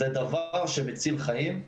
זה דבר שמציל חיים.